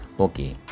Okay